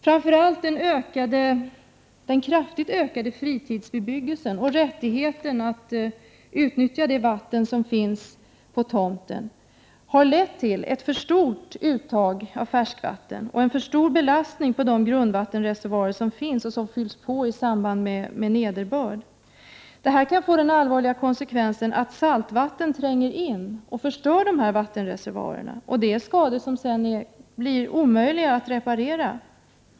Framför allt den kraftigt ökade fritidsbebyggelsen och rättigheten att utnyttja det vatten som finns på tomten har lett till ett för stort uttag av färskvatten och en för stor belastning på de grundvattenreservoarer som finns och som fylls på i samband med nederbörd. Det här kan få den allvarliga konsekvensen att saltvatten tränger in och förstör vattenreservoarerna. Sådana skador blir omöjliga att reparera.